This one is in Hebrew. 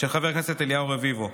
של חבר הכנסת אליהו רביבו,